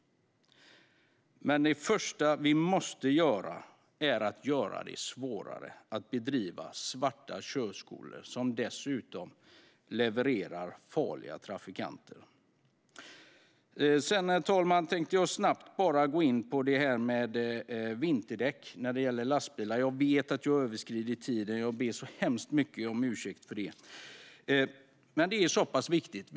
Men det första vi måste göra är att göra det svårare att bedriva svarta körskolor, som dessutom levererar farliga trafikanter. Sedan, herr talman, tänkte jag snabbt gå in på detta med vinterdäck när det gäller lastbilar. Jag vet att jag har överskridit talartiden; jag ber så hemskt mycket om ursäkt för det. Men detta är viktigt.